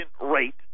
rate